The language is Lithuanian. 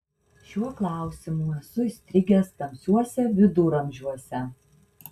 šiuo klausimu esu įstrigęs tamsiuose viduramžiuose